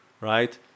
right